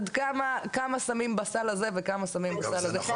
כמה שמים בסל הזה וכמה שמים בסל הזה.